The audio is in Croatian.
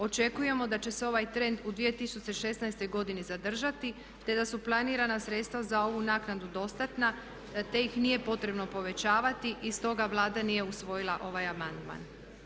Očekujemo da će se ovaj trend u 2016. godini zadržati, te da su planirana sredstva za ovu naknadu dostatna, te ih nije potrebno povećavati i stoga Vlada nije usvojila ovaj amandman.